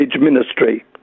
Ministry